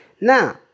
Now